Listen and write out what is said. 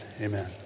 amen